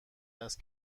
است